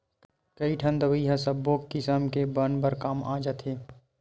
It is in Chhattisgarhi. कइठन दवई ह सब्बो किसम के बन बर काम आ जाथे